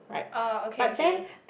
oh okay okay